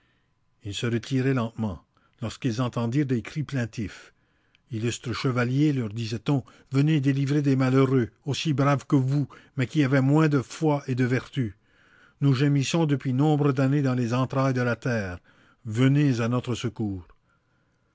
ils se retiraient lentement lorsqu'ils entendirent des cris plaintifs illustres chevaliers leur disait-on venez délivrer des malheureux aussi braves que vous mais qui avaient moins de foi et de vertus nous gémissons depuis nombre d'années dans les entrailles de la terre venez à notre secours